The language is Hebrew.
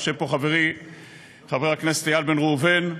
יושב פה חברי חבר הכנסת איל בן ראובן,